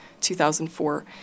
2004